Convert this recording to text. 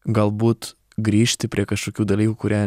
galbūt grįžti prie kažkokių dalykų kurie